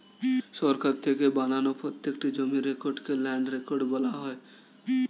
সরকার থেকে বানানো প্রত্যেকটি জমির রেকর্ডকে ল্যান্ড রেকর্ড বলা হয়